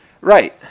Right